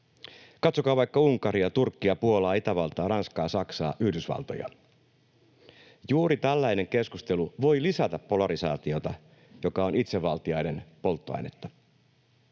Katsokaa vaikka Unkaria, Turkkia, Puolaa, Itävaltaa, Ranskaa, Saksaa, Yhdysvaltoja. Juuri tällainen keskustelu voi lisätä polarisaatiota, joka on itsevaltiaiden polttoainetta.